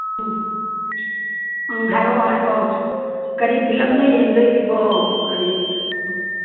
ꯎꯝ ꯎꯝ ꯍꯥꯏꯔꯛꯑꯣ ꯍꯥꯏꯔꯛꯑꯣ ꯀꯔꯤ ꯐꯤꯂꯝꯅꯣ ꯌꯦꯡꯗꯣꯏꯁꯤꯕꯣ ꯀꯔꯤ